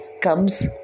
comes